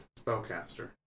spellcaster